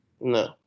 no